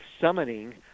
summoning